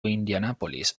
indianapolis